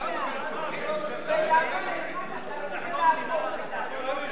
נעבור להצעה לסדר-היום בנושא: